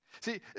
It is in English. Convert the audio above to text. See